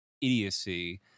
idiocy